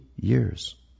years